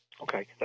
Okay